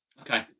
okay